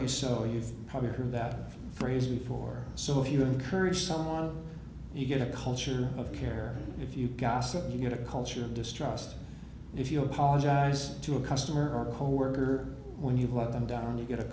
you show you've probably heard that phrase before so if you encourage someone you get a culture of care if you gossip and you get a culture of distrust and if you apologize to a customer or coworker when you've let them down they get a